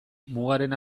mugaren